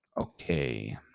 Okay